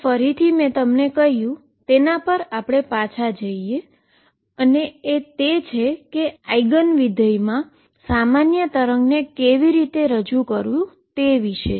હવે ફરીથી મેં તમને જે કહ્યું હતું તેના પર પાછા જઈએ અને તે એ છે કે આઈગન ફંક્શનના સંદર્ભમાં સામાન્ય વેવને કેવી રીતે રજૂ કરવું તે વિશે